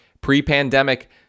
pre-pandemic